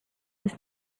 his